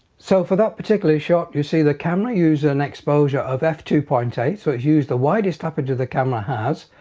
so for that particularly shot you see the camera used an exposure of f two point eight so it's used the widest aperture the camera has.